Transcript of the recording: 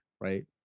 right